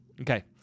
Okay